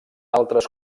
altres